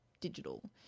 digital